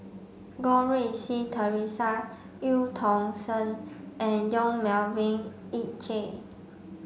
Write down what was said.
Goh Rui Si Theresa Eu Tong Sen and Yong Melvin Yik Chye